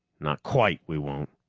not quite, we won't.